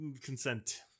consent